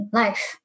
life